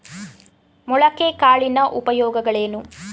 ಮೊಳಕೆ ಕಾಳಿನ ಉಪಯೋಗಗಳೇನು?